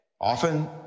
often